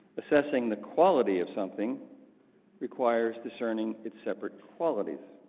assessing the quality of something requires discerning its separate qualities.